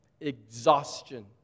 exhaustion